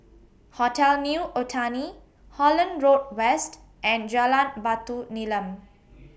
Hotel New Otani Holland Road West and Jalan Batu Nilam